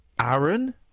Aaron